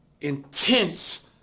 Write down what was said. intense